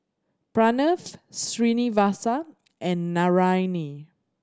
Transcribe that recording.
Pranav Srinivasa and Naraina